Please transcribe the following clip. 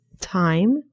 time